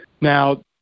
now